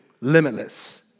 limitless